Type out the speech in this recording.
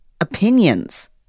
opinions